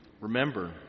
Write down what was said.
remember